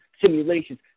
simulations